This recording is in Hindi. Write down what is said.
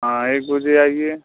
हँ एक बजे आइए